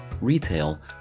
retail